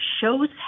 shows